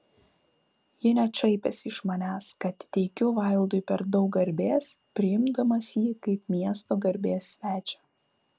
ji net šaipėsi iš manęs kad teikiu vaildui per daug garbės priimdamas jį kaip miesto garbės svečią